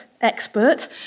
expert